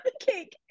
cake